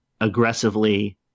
aggressively